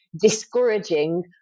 discouraging